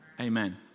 Amen